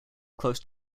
close